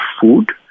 food